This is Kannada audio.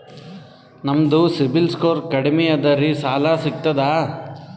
ನಮ್ದು ಸಿಬಿಲ್ ಸ್ಕೋರ್ ಕಡಿಮಿ ಅದರಿ ಸಾಲಾ ಸಿಗ್ತದ?